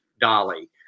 Dolly